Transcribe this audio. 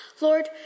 Lord